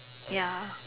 ya